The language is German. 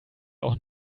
auch